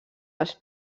els